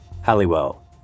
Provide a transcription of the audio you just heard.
Halliwell